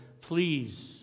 please